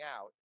out